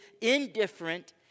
Indifferent